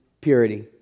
purity